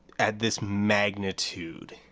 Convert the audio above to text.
at this magnitude,